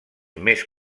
més